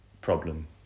problem